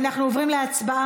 אנחנו עוברים להצבעה.